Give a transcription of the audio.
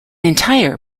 entire